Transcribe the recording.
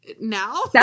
now